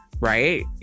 right